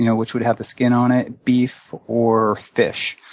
you know which would have the skin on it, beef, or fish.